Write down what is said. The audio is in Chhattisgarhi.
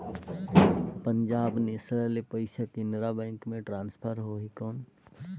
पंजाब नेशनल ले पइसा केनेरा बैंक मे ट्रांसफर होहि कौन?